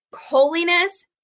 holiness